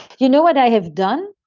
you know what i have done?